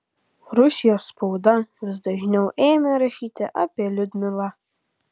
rusijos spauda vis dažniau ėmė rašyti apie liudmilą